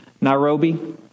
Nairobi